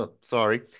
sorry